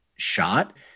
Shot